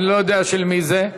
אני לא יודע של מי זה.